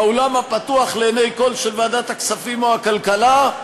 באולם הפתוח לעיני כול של ועדת הכספים או הכלכלה,